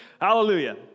hallelujah